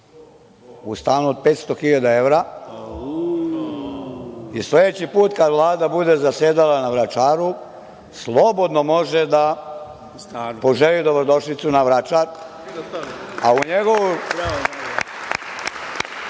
u stanu od 500.000 evra i sledeći put kada Vlada bude zasedala na Vračaru slobodno može da poželi dobrodošlicu na Vračar, a u njegov